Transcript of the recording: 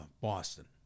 Boston